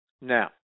Now